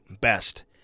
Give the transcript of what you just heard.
best